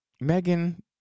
Megan